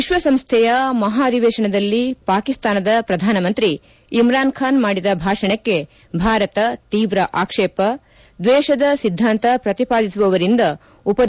ವಿಶ್ವಸಂಸ್ಟೆಯ ಮಹಾಧಿವೇಶನದಲ್ಲಿ ಪಾಕಿಸ್ತಾನದ ಪ್ರಧಾನಮಂತ್ರಿ ಇಮ್ರಾನ್ ಖಾನ್ ಮಾಡಿದ ಭಾಷಣಕ್ಕೆ ಭಾರತ ತೀವ್ರ ಆಕ್ಷೇಪ ದ್ವೇಷದ ಸಿದ್ಗಾಂತ ಪ್ರತಿಪಾದಿಸುವವರಿಂದ ಉಪದೇಶ ಅನಗತ್ನವೆಂದು ಹೇಳಕೆ